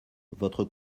votre